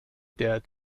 der